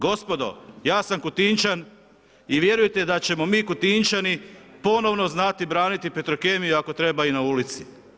Gospodo, ja sam Kutinčan i vjerujte da ćemo mi Kutinčani ponovno znati braniti Petrokemiju ako treba i na ulici.